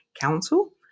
Council